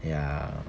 ya